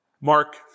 Mark